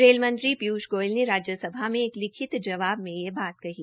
रेलमंत्री पीय्ष गोयल ने राज्यसभा में एक लिखित जवाब मे यह बात कही